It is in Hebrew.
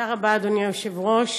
תודה רבה, אדוני היושב-ראש,